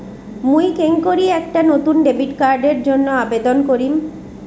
মুই কেঙকরি একটা নতুন ডেবিট কার্ডের জন্য আবেদন করিম?